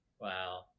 Wow